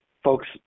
folks